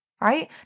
Right